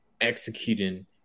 executing